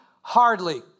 Hardly